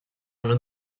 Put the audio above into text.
anno